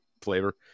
flavor